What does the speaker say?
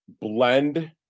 blend